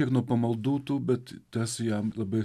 ir nuo pamaldų tų bet tas jam labai